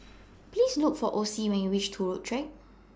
Please Look For Ocie when YOU REACH Turut Track